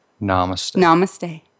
Namaste